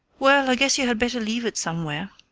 well, i guess you had better leave it somewhere,